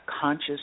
conscious